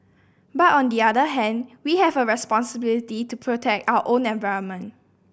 but on the other hand we have a responsibility to protect our own environment